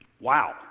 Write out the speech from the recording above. Wow